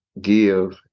give